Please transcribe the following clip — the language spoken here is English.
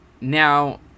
Now